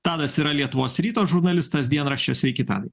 tadas yra lietuvos ryto žurnalistas dienraščio sveiki tadai